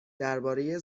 درباره